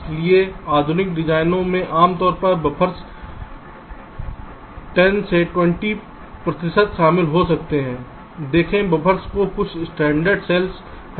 इसलिए आधुनिक डिजाइनों में आमतौर पर बफ़र्स 10 से 20 प्रतिशत शामिल हो सकते हैं देखें बफ़र्स भी कुछ स्टैंडर्ड सेल्स हैं